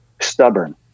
stubborn